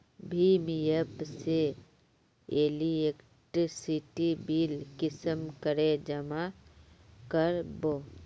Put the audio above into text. भीम app से electricity bill कुंसम करे जमा कर बो?